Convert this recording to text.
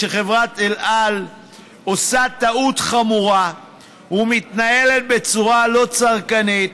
שחברת אל על עושה טעות חמורה ומתנהלת בצורה לא צרכנית,